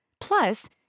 Plus